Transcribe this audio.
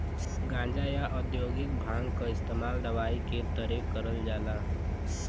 गांजा, या औद्योगिक भांग क इस्तेमाल दवाई के तरे करल जाला